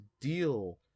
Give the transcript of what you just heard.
deal